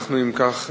אם כך,